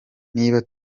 niba